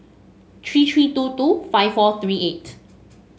three three two two five four three eight